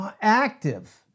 active